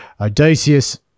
Odysseus